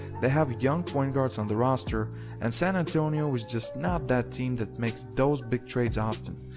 they have young point guards on the roster and san antonio is just not that team that makes those big trades often,